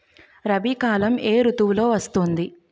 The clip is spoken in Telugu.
రబీ కాలం ఏ ఋతువులో వస్తుంది?